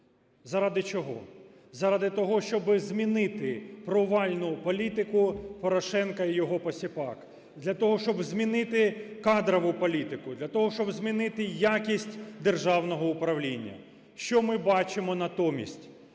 Заради чого? Заради того, щоби змінити провальну політику Порошенка і його посіпак, для того, щоб змінити кадрову політику, для того, щоб змінити якість державного управління. Що ми бачимо натомість?